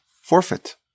forfeit